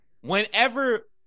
whenever